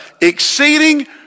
exceeding